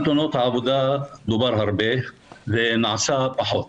על תאונות העבודה דובר הרבה ונעשה פחות.